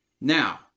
Now